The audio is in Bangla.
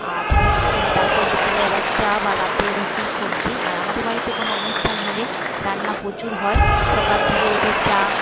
আর হোচ তারপর বিকেলে আবার চা বা রাতে রুটি সবজি আর আমাদের বাড়িতে কোনো অনুষ্ঠান হলে রান্না প্রচুর হয় সকাল থেকে উঠে চা